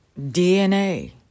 DNA